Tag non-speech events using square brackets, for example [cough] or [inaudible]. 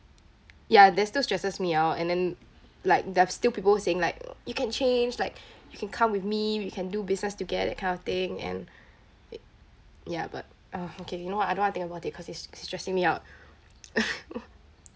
ya that still stresses me out and then like there's still people saying like you can change like you can come with me we can do business together that kind of thing and ya but uh okay you know what I don't want to think about it cause it's it's stressing me out [laughs]